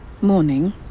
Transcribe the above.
Morning